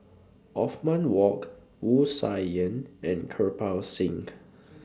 Othman walked Wu Tsai Yen and Kirpal Singh